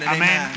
amen